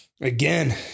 Again